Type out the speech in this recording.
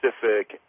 Pacific